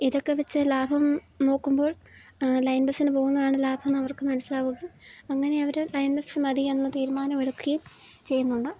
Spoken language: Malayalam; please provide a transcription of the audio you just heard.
ഇതൊക്കെ വച്ചു ലാഭം നോക്കുമ്പോൾ ലൈൻ ബസ്സിന് പോകുന്നതാണ് ലാഭമെന്ന് അവർക്ക് മനസ്സിലാവും അങ്ങനെ അവർ ലൈൻ ബസ് മതി എന്ന് തീരുമാനം എടുക്കുകയും ചെയ്യുന്നുണ്ട്